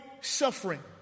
suffering